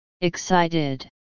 Excited